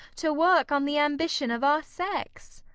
to work on the ambition of our sex.